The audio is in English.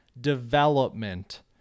development